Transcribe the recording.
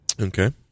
okay